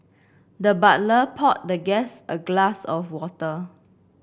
the butler poured the guest a glass of water